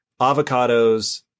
avocados